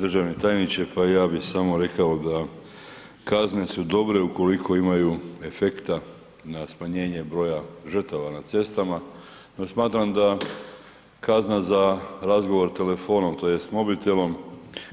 Državni tajniče pa ja bi samo rekao da kazne su dobre ukoliko imaju efekta na smanjenje broja žrtava na cestama, no smatram da kazna za razgovor telefonom tj. mobitelom